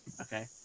okay